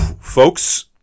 folks